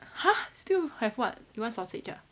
!huh! still have what you want sausage ah